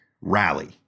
rally